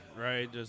right